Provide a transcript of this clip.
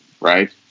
right